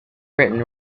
britain